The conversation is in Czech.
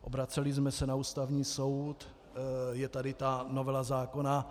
Obraceli jsme se na Ústavní soud, je tady ta novela zákona.